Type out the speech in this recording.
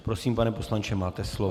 Prosím, pane poslanče, máte slovo.